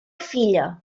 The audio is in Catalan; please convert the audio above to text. filla